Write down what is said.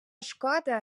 шкода